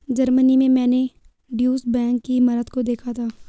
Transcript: Germany में मैंने Deutsche Bank की इमारत को देखा था